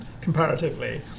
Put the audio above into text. comparatively